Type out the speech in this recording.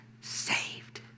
saved